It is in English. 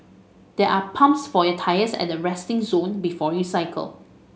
there are pumps for your tyres at the resting zone before you cycle